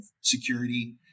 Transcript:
security